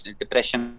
depression